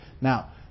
Now